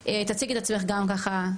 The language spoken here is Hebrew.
תציגי את עצמך גם ככה.